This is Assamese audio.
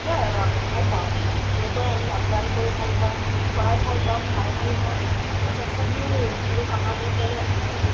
সেয়াই আৰু আমি ভাল পাওঁ এনেকৈ আমি আপ্যায়ন কৰোঁ ভাল পাওঁ খুৱাই ভাল পাওঁ খাই ভাল পাওঁ যথেষ্টখিনি লোক আমাৰবোৰ ঘৰলৈ আহে